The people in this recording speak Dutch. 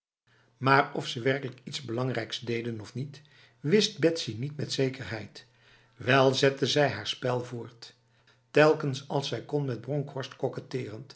maar of ze werkelijk iets belangrijks deden of niet wist betsy niet met zekerheid wel zette zij haar spel voort telkens als zij kon met bronkhorst